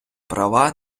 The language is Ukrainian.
права